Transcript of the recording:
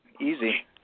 Easy